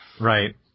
Right